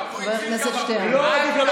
לא רק בגללו,